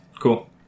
Cool